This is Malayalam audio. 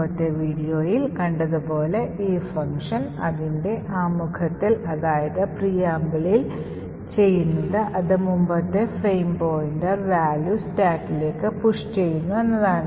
മുമ്പത്തെ വീഡിയോയിൽ കണ്ടതുപോലെ ഈ function അതിൻറെ ആമുഖത്തിൽ ചെയ്യുന്നത് അത് മുമ്പത്തെ ഫ്രെയിം പോയിന്റർ value സ്റ്റാക്കിലേക്ക് പുഷ് ചെയ്യുന്നു എന്നതാണ്